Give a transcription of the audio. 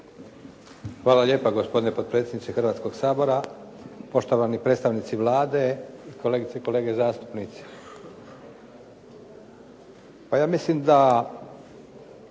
Hvala lijepa. Gospodine potpredsjedniče Hrvatskoga sabora, poštovani predstavnici Vlade, kolegice i kolege zastupnici.